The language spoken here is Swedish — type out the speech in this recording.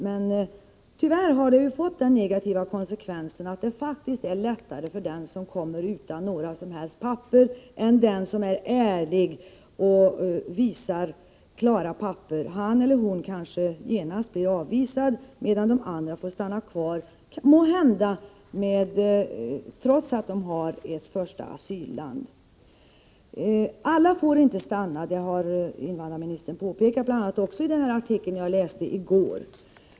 Men tyvärr har detta fått den negativa konsekvensen att det faktiskt är lättare för den som kommer utan några som helst papper än för den som är ärlig och visar klara papper. Han eller hon kanske genast blir avvisad, medan de andra får stanna kvar, trots att de måhända har ett annat land som första asylland. Alla får inte stanna, har invandrarministern påpekat, bl.a. i den artikel jag läste i går.